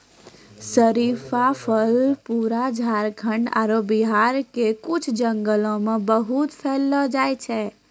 शरीफा फल पूरा झारखंड आरो बिहार के कुछ जंगल मॅ बहुत पैलो जाय छै